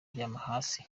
iruhande